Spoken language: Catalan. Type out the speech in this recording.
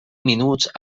minuts